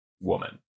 woman